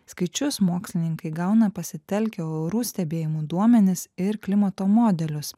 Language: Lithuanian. skaičius mokslininkai gauna pasitelkę orų stebėjimų duomenis ir klimato modelius